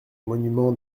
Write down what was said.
monuments